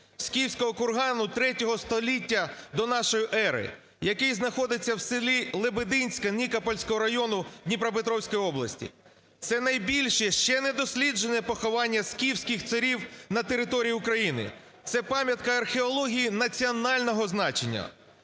скіфського кургану ІІІ століття до нашої ери, який знаходиться в селі Лебединське Нікопольського району Дніпропетровської області. Це найбільше ще недосліджене поховання скіфських царів на території України, це пам'ятка археології національного значення.